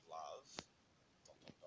love